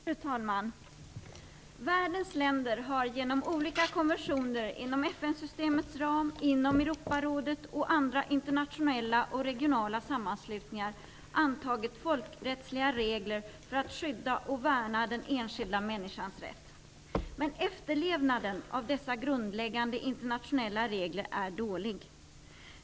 Fru talman! Världens länder har genom olika konventioner inom FN-systemets ram, inom Europarådet och andra internationella och regionala sammanslutningar antagit folkrättsliga regler för att skydda och värna den enskilda människans rätt. Men efterlevnaden av dessa grundläggande internationella regler är dålig.